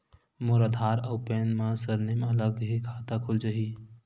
मोर आधार आऊ पैन मा सरनेम अलग हे खाता खुल जहीं?